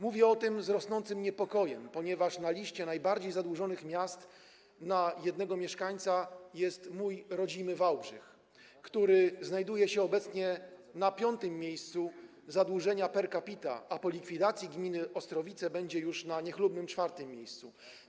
Mówię o tym z rosnącym niepokojem, ponieważ na liście najbardziej zadłużonych miast na jednego mieszkańca znajduje się mój rodzinny Wałbrzych, który jest obecnie na 5. miejscu zadłużenia per capita, a po likwidacji gminy Ostrowice będzie już na niechlubnym 4. miejscu.